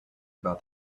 about